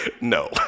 no